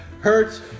hurt